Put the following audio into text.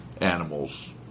animals